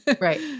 Right